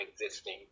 existing